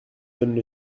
donnent